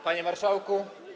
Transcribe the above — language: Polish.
Panie Marszałku!